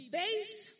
base